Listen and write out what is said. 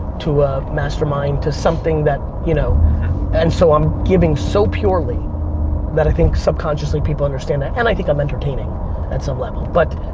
to a mastermind, to something that, you know and so i'm giving so purely that i think subconsciously people understand that, and i think i'm entertaining at some level, but.